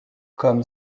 comme